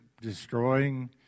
destroying